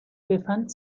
befand